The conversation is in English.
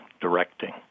directing